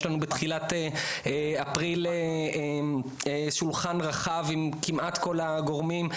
יש לנו בתחילת אפריל שולחן רחב עם כמעט כל הגורמים.